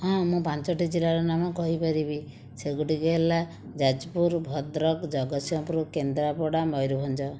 ହଁ ମୁଁ ପାଞ୍ଚଟି ଜିଲ୍ଲାର ନାମ କହିପାରିବି ସେଗୁଡ଼ିକ ହେଲା ଯାଜପୁର ଭଦ୍ରକ ଜଗତସିଂପୁର କେନ୍ଦ୍ରାପଡ଼ା ମୟୂରଭଞ୍ଜ